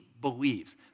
believes